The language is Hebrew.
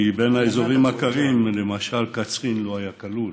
כי בין האזורים הקרים למשל קצרין לא הייתה כלולה,